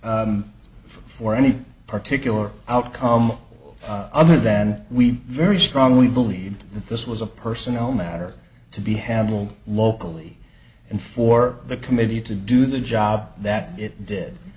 d for any particular outcome other than we very strongly believed that this was a personal matter to be handled locally and for the committee to do the job that it did